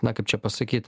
na kaip čia pasakyt